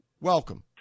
Welcome